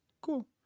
cool